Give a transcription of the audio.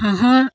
হাঁহৰ